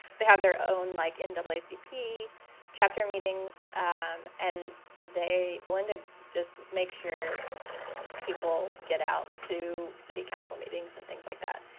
they have their own like in and um like wcp chapter meetings. um and they belinda, just make sure people get out to city council meetings and things like that.